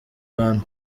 hano